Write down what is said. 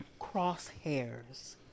Crosshairs